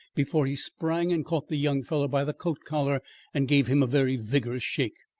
before he sprang and caught the young fellow by the coat-collar and gave him a very vigorous shake.